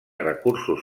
recursos